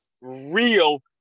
real